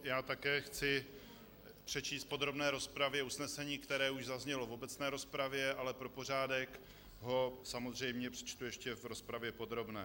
Já také chci přečíst v podrobné rozpravě usnesení, které už zaznělo v obecné rozpravě, ale pro pořádek ho samozřejmě přečtu ještě v rozpravě podrobné.